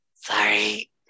sorry